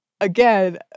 again